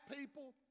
people